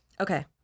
Okay